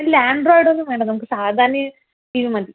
ഇല്ല ആൻഡ്രോയിടൊന്നും വേണ്ട നമുക്ക് സാധാരണ ഈ ടിവി മതി